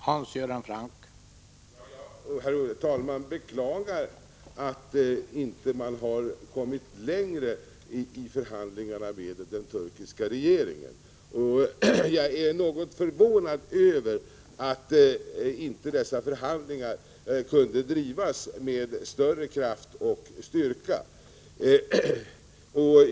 Herr talman! Jag beklagar att man inte har kommit längre i förhandlingarna med den turkiska regeringen. Jag är något förvånad över att dessa förhandlingar inte kunde drivas med större kraft och styrka.